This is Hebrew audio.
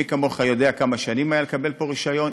מי כמוך יודע כמה שנים היו דרושות לקבל פה רישיון,